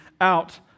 out